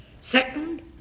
Second